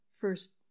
first